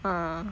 uh